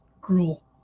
gruel